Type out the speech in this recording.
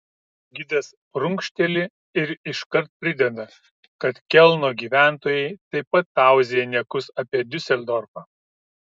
gidas prunkšteli ir iškart prideda kad kelno gyventojai taip pat tauzija niekus apie diuseldorfą